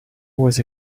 was